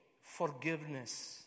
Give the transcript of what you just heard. forgiveness